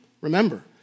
Remember